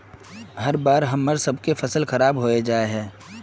हर बार हम्मर सबके फसल खराब होबे जाए है?